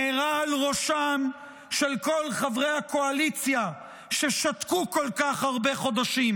מארה על ראשם של כל חברי הקואליציה ששתקו כל כך הרבה חודשים,